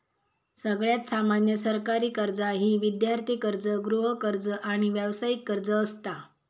सगळ्यात सामान्य सरकारी कर्जा ही विद्यार्थी कर्ज, गृहकर्ज, आणि व्यावसायिक कर्ज असता